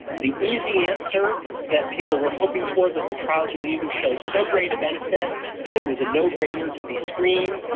the easy answer that people were hoping for that the trials would either show so great a benefit that it was a no-brainer to be screened,